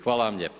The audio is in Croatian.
Hvala vam lijepa.